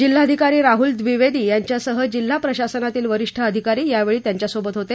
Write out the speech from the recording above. जिल्हाधिकारी राहुल दिवेदी यांच्यासह जिल्हा प्रशासनातील वरिष्ठ अधिकारी यावेळी त्यांच्यासोबत होते